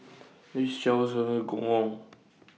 This Shop sells Gong Gong